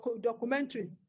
documentary